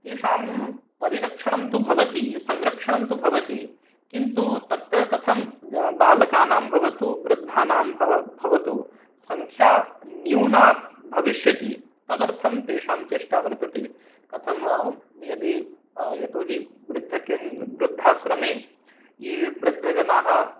तेषां परिरक्षणं तु भवति संरक्षणं तु भवति किन्तु तत्र कथं बालकानां भवतु वृद्धानां भव भवतु सङ्ख्या न्यूना स् भविष्यति तदर्थं तेषां चेष्टा वर्तते कथं यदि यतो हि वृद्धकेन् वृद्धाश्रमे ये वृद्धजनाः